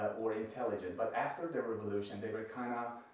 or intelligent. but after the revolution they were kinda